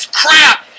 crap